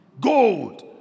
Gold